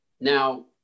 now